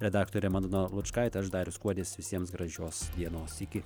redaktorė madona lučkaitė aš darius kuodis visiems gražios dienos iki